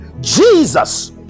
Jesus